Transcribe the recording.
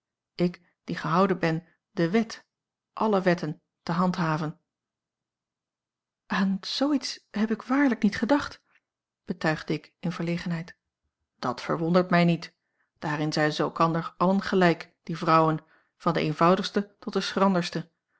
ik die gehouden ben de wet alle wetten te handhaven aan zoo iets heb ik waarlijk niet gedacht betuigde ik in verlegenheid dat verwondert mij niet daarin zijn ze elkander allen gelijk die vrouwen van de eenvoudigste tot de